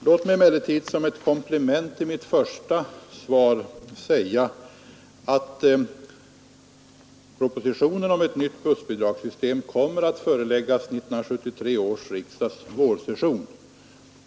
Låt mig emellertid som ett komplement till mitt första svar säga att propositionen om ett nytt bussbidragssystem kommer att föreläggas 1973 års riksdags vårsession.